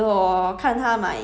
uh influencer